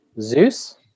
Zeus